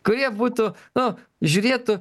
kurie būtų nu žiūrėtų